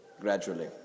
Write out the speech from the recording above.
gradually